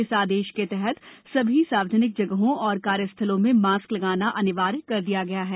इस आदेश के तहत सभी सार्वजनिक जगहों और कार्यस्थलों में मास्क लगाना अनिवार्य कर दिया गया है